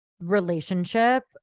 relationship